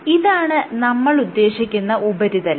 ഇതാണ് നമ്മൾ ഉദ്ദേശിക്കുന്ന ഉപരിതലം